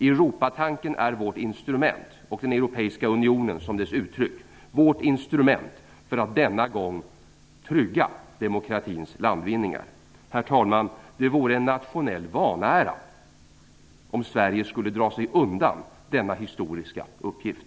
Europatanken är vårt instrument, och den europeiska unionen dess uttryck, för att denna gång trygga demokratins landvinningar. Herr talman! Det vore en nationell vanära om Sverige skulle dra sig undan denna historiska uppgift.